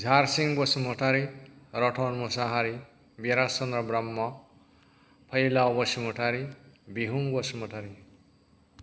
Jharsing Basumatary Ratan Mushahary Biraj Chandra Brahma Phailao Basumatary Bihung Basumatary